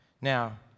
Now